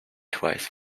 twice